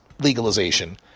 legalization